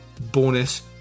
bonus